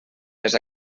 les